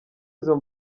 izo